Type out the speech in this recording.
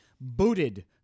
booted